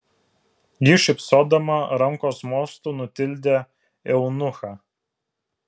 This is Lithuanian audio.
ji šypsodama rankos mostu nutildė eunuchą